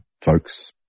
folks